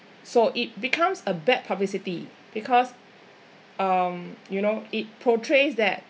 so it becomes a bad publicity because um you know it portrays that